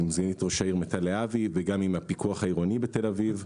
עם סגנית ראש העיר מיטל להבי וגם עם הפיקוח העירוני בתל אביב.